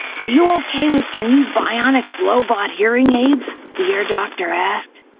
are you okay with your new bionic lobot hearing aids? the ear doctor asked,